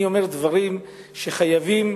אני אומר דברים שלפעמים חייבים